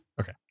Okay